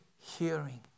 hearing